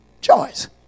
Choice